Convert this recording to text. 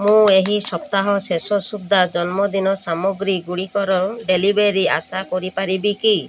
ମୁଁ ଏହି ସପ୍ତାହ ଶେଷ ସୁଦ୍ଧା ଜନ୍ମଦିନ ସାମଗ୍ରୀଗୁଡ଼ିକର ଡେଲିଭରି ଆଶା କରିପାରିବି କି